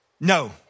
no